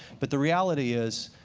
but the reality is,